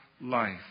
life